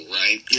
right